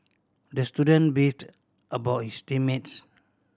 the student beefed about his team mates